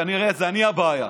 כנראה שאני הבעיה.